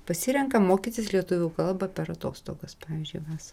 pasirenka mokytis lietuvių kalbą per atostogas pavyzdžiui vas